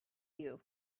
you